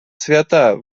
свята